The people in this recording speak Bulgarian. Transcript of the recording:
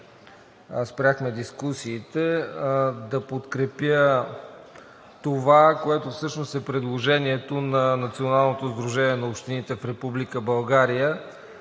спряхме дискусиите, да подкрепя това, което всъщност е предложението на Националното сдружение на общините в Република България